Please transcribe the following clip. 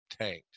tanked